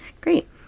Great